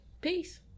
Peace